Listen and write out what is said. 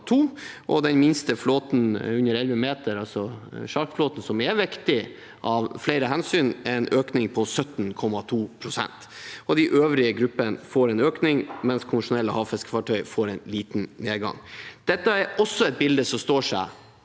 den minste flåten under 11 meter – sjarkflåten, som er viktig av flere hensyn – får en økning på 17,2 pst. De øvrige gruppene får en økning, mens konvensjonelle havfiskefartøy får en liten nedgang. Dette er også et bilde som står seg